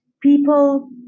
people